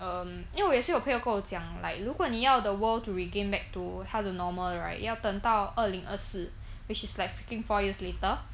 um 因为我也是有朋友跟我讲 like 如果你要 the world to regain back to 它的 normal right 你要等到二零二四 which is like freaking four years later